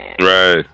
right